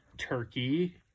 Turkey